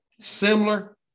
similar